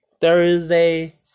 Thursday